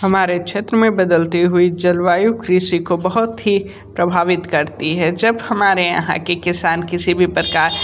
हमारे क्षेत्र में बदलती हुई जलवायु कृषि को बहुत ही प्रभावित करती है जब हमारे यहाँ के किसान किसी भी प्रकार